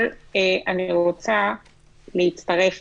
אדוני היושב-ראש, קודם כול אני רוצה להצטרף